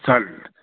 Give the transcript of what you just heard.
चालेल